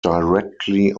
directly